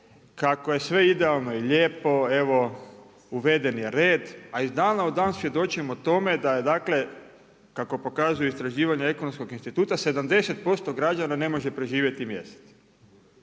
kako je sve idealno i lijepo. Evo, uveden je red, a iz dana u dan svjedočimo tome da je dakle, kako pokazuju istraživanja Ekonomskog instituta, 70% građana ne može preživjeti mjesec.